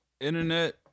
Internet